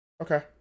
Okay